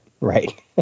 right